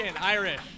Irish